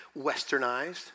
Westernized